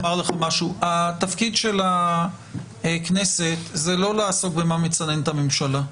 אבל התפקיד של הכנסת הוא לא לעסוק במה מצנן את הממשלה.